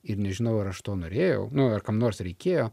ir nežinau ar aš to norėjau nu ar kam nors reikėjo